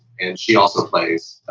and she also plays.